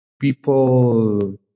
people